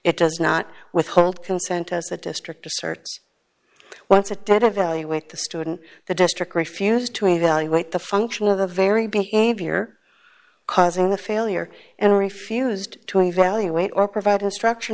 it does not withhold consent as the district asserts once a dead evaluate the student the district refused to evaluate the function of the very behavior causing the failure and refused to evaluate or provide instruction